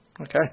okay